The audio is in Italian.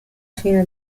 fine